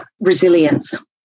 Resilience